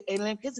כי אין להם כסף.